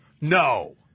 no